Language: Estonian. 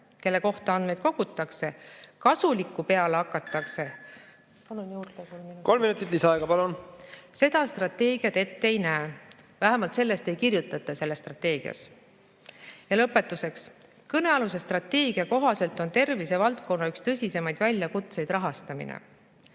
kelle kohta andmeid kogutakse, kasulikku peale hakatakse ... Palun juurde kolm minutit. Kolm minutit lisaaega, palun! ... seda strateegiad ette ei näe. Vähemalt sellest ei kirjutata selles strateegias. Ja lõpetuseks. Kõnealuse strateegia kohaselt on tervisevaldkonna üks tõsisemaid väljakutseid rahastamine.